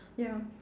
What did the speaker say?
ya